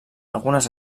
algunes